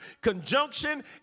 conjunction